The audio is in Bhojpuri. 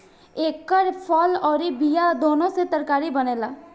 एकर फल अउर बिया दूनो से तरकारी बनेला